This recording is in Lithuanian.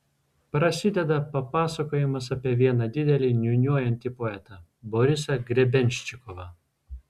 prasideda papasakojimas apie vieną didelį niūniuojantį poetą borisą grebenščikovą